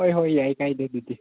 ꯍꯣꯏ ꯍꯣꯏ ꯌꯥꯏ ꯀꯥꯏꯗꯦ ꯑꯗꯨꯗꯤ